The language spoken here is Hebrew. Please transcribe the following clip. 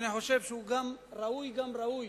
ואני חושב שהוא ראוי גם ראוי